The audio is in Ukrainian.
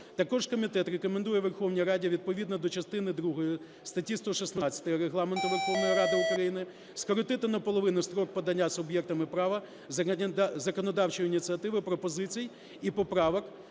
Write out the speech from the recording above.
Також комітет рекомендує Верховній Раді відповідно до частини другої статті 116 Регламенту Верховної Ради України скоротити наполовину строк подання суб'єктами права законодавчої ініціативи пропозицій і поправок